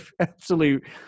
absolute